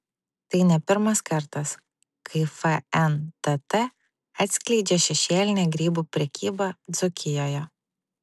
tai ne pirmas kartas kai fntt atskleidžia šešėlinę grybų prekybą dzūkijoje